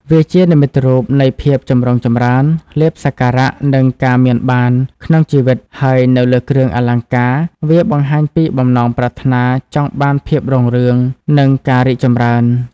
វាជានិមិត្តរូបនៃ ភាពចម្រុងចម្រើន លាភសក្ការៈ និងការមានបាន ក្នុងជីវិត ហើយនៅលើគ្រឿងអលង្ការ វាបង្ហាញពីបំណងប្រាថ្នាចង់បានភាពរុងរឿង និងការរីកចម្រើន។